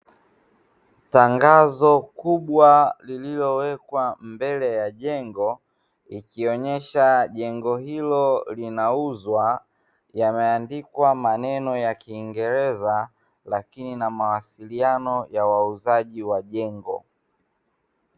Tangazo kubwa lilowekwa mbele ya jengo likionyesha jengo hilo linauzwa yameandikwa maneno ya kiingereza, lakini na mawasiliano ya wauzaji wa jengo.